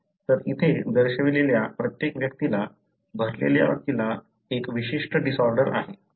तर इथे दर्शविलेल्या प्रत्येक व्यक्तीला भरलेल्या व्यक्तीला एक विशिष्ट डिसऑर्डर आहे